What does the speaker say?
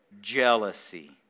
jealousy